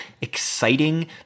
exciting